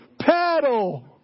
Paddle